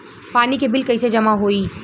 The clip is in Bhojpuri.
पानी के बिल कैसे जमा होयी?